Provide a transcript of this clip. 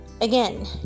again